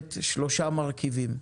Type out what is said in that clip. מחייבת שלושה מרכיבים.